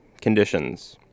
conditions